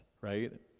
right